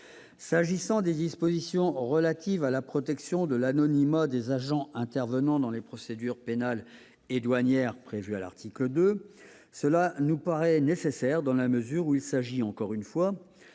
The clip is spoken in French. indispensable. Les dispositions relatives à la protection de l'anonymat des agents intervenant dans les procédures pénales et douanières prévues à l'article 2 nous paraissent nécessaires dans la mesure où il s'agit, encore une fois,